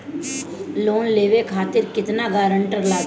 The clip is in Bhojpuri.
लोन लेवे खातिर केतना ग्रानटर लागी?